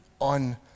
on